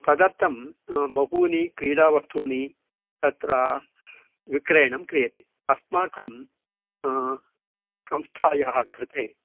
तदर्थं बहूनि क्रीडावस्तूनि तत्र विक्रयणं क्रियते अस्माकं संस्थायाः कृते